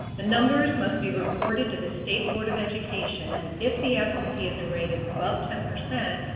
the numbers must be reported to the state board of education, and if the absenteeism rate is above ten percent,